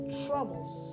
troubles